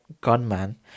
gunman